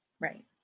right